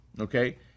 okay